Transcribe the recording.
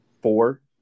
four